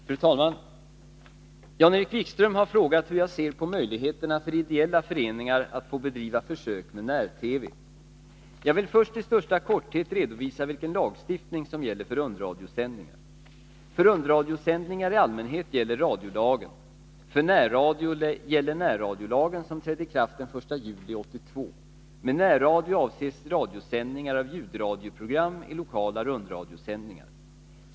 Fru talman! Jan-Erik Wikström har frågat hur jag ser på möjligheterna för ideella föreningar att få bedriva försök med när-TV. Jag vill först i största korthet redovisa vilken lagstiftning som gäller för rundradiosändningar. För rundradiosändningar i allmänhet gäller radiolagen . För närradio gäller närradiolagen , som trädde i kraft den 1 juli 1982. Med närradio avses radiosändningar av ljudradioprogram i lokala rundradiosändningar.